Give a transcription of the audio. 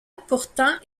pourtant